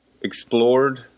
explored